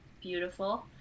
beautiful